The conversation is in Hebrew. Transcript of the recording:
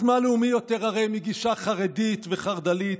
אז מה לאומי יותר הרי מגישה חרדית וחרד"לית?